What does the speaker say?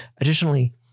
Additionally